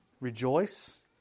Rejoice